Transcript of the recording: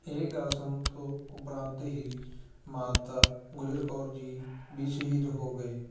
ਇਹ ਗੱਲ ਸੁਣਨ ਤੋਂ ਉਪਰੰਤ ਹੀ ਮਾਤਾ ਗੁਜਰ ਕੌਰ ਜੀ ਵੀ ਸ਼ਹੀਦ ਹੋ ਗਏ